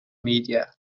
media